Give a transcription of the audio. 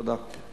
תודה.